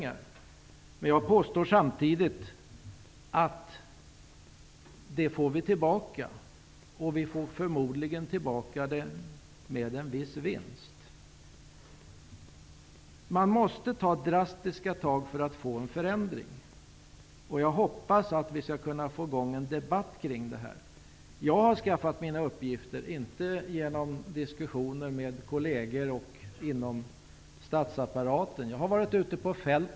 Men jag påstår samtidigt att vi får tillbaka de pengarna, och förmodligen med en viss vinst. Det måste alltså till drastiska tag för att vi skall kunna få en förändring till stånd. Jag hoppas att vi får i gång en debatt om dessa saker. Jag har inte genom diskussioner med kolleger eller inom statsapparaten skaffat mig dessa uppgifter, utan jag har varit ute på fältet.